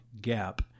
Gap